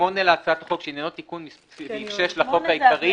8 להצעת החוק שעניינו תיקון סעיף 6 לחוק העיקרי